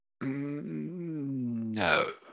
No